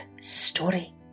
Story